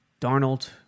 Darnold